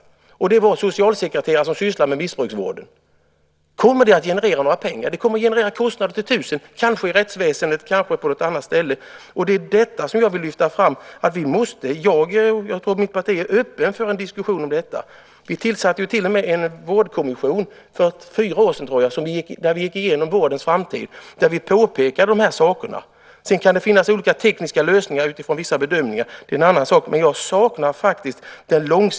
Det var bland annat socialsekreterare som sysslar med missbrukarvården. Kommer det att generera några pengar? Det kommer att generera kostnader till tusen, kanske i rättsväsendet, kanske på något annat ställe. Det är detta jag vill lyfta fram. Jag och mitt parti är öppna för en diskussion om detta. Vi tillsatte ju till och med en vårdkommission för fyra år sedan, tror jag, där vi gick igenom vårdens framtid. Där påpekade vi de här sakerna. Det kan finnas olika tekniska lösningar utifrån vissa bedömningar. Det är en annan sak. Jag saknar de långsiktiga målen.